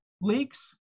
leaks